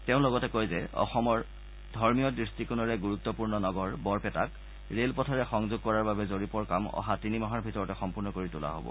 তেওঁ লগতে কয় যে অসমৰ ধৰ্মীয় দুষ্টিকোণেৰে গুৰুত্পূৰ্ণ নগৰ বৰপেটাক ৰেল পথেৰে সংযোগ কৰাৰ বাবে জৰীপৰ কাম অহা তিনি মাহৰ ভিতৰতে সম্পূৰ্ণ কৰি তোলা হব